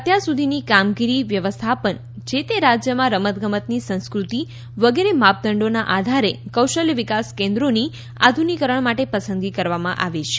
અત્યાર સુધીની કામગીરી વ્યવસ્થાપન જે તે રાજ્યમાં રમત ગમતની સંસ્કૃતિ વગેરે માપદંડોના આધારે કૌશલ્ય વિકાસ કેન્દ્રોની આધુનિકીકરણ માટે પસંદગી કરવામાં આવી છે